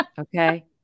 okay